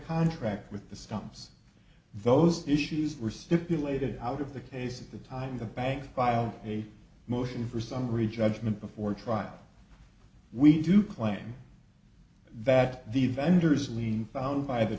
contract with the stumps those issues were stipulated out of the case at the time the bank filed a motion for summary judgment before trial we do claim that the vendor's lien found by the